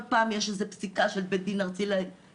כל פעם יש איזה פסיקה של בית דין ארצי לעבודה,